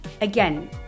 Again